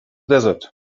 desert